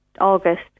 August